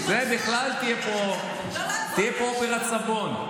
זו בכלל תהיה פה אופרת סבון.